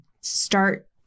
start